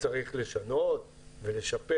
שצריך לשנות ולשפר